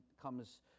comes